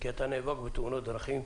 כי אתה נאבק בתאונות דרכים,